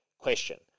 question